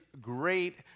great